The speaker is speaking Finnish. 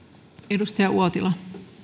arvoisa rouva puhemies